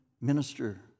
minister